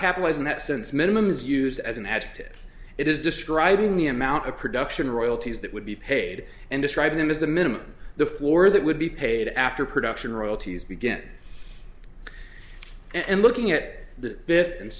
in that sense minimum is used as an adjective it is describing the amount of production royalties that would be paid and described them as the minimum the floor that would be paid after production royalties begin and looking at the fifth and